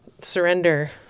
surrender